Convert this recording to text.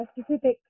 specific